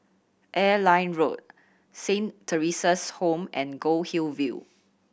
Airline Road Saint Theresa's Home and Goldhill View